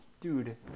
Dude